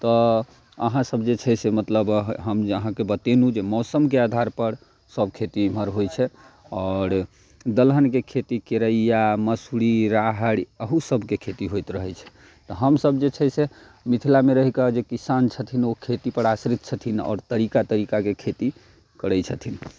तऽ अहाँ सब जे छै से मतलब हम जे अहाँकेँ बतेलहुँ जे मौसमके आधार पर सब खेती इमहर होत छै आओर दलहनके खेती करैया मसूरी राहड़ि अहू सबके खेती होयत रहैत छै तऽ हमसब जे छै से मिथिलामे रहि कऽ जे किसान छथिन ओ खेती पर आश्रित छथिन आओर तरीका तरीकाके खेती करैत छथिन